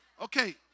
Okay